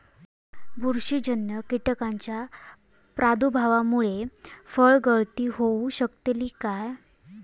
बुरशीजन्य कीटकाच्या प्रादुर्भावामूळे फळगळती होऊ शकतली काय?